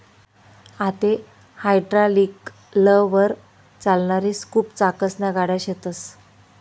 आते हायड्रालिकलवर चालणारी स्कूप चाकसन्या गाड्या शेतस